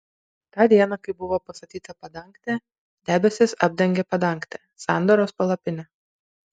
tą dieną kai buvo pastatyta padangtė debesis apdengė padangtę sandoros palapinę